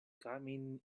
coming